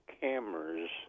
cameras